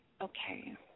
Okay